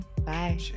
bye